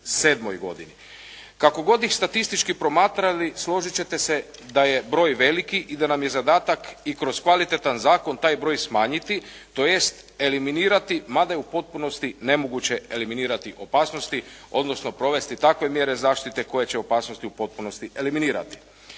Kako god ih statistički promatrali složiti ćete se da je broj veliki i da nam je zadatak i kroz kvalitetan zakon taj broj smanjiti, tj. eliminirati, ma da je u potpunosti nemoguće eliminirati opasnosti, odnosno provesti takve mjere zaštite koje će opasnosti u potpunosti eliminirati.